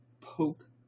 poke